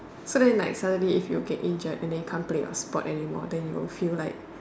so then like suddenly if you get injured then you can't play your sport anymore then you will like